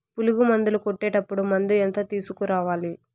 పులుగు మందులు కొట్టేటప్పుడు మందు ఎంత తీసుకురావాలి?